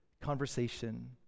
conversation